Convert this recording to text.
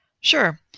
Sure